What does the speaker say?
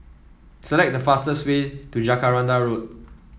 select the fastest way to Jacaranda Road